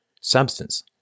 substance